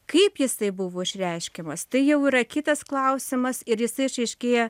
kaip jisai buvo išreiškiamas tai jau yra kitas klausimas ir jisai išryškėja